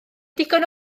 digon